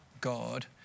God